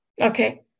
Okay